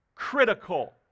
critical